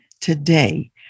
Today